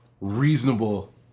reasonable